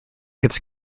its